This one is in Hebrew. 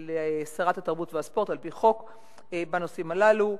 לשרת התרבות והספורט על-פי חוק בנושאים הללו,